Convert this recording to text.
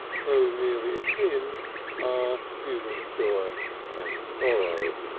so nearly akin are human joy and sorrow.